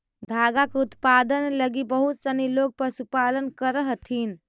धागा के उत्पादन लगी बहुत सनी लोग पशुपालन करऽ हथिन